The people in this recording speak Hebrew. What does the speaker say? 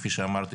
כפי שאמרת,